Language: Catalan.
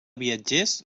viatgers